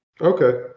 Okay